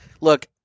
Look